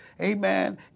amen